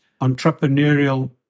entrepreneurial